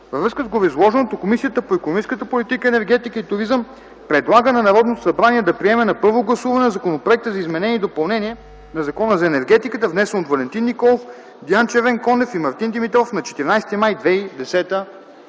Във връзка с гореизложеното Комисията по икономическата политика, енергетика и туризъм предлага на Народното събрание да приеме на първо гласуване Законопроекта за изменение и допълнение на Закона за енергетиката, внесен от Валентин Николов, Диан Червенкондев и Мартин Димитров на 14 май 2010